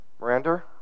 Miranda